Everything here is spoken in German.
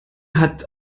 hat